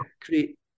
create